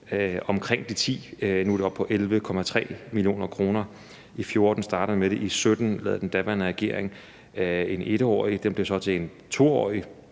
kr., og nu er det oppe på 11,3 mio. kr. I 2014 startede man med det, og i 2017 lavede den daværende regering en 1-årig bevilling. Den blev til en 2-årig